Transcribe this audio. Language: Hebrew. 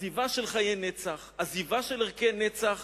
עזיבה של חיי נצח, עזיבה של ערכי נצח,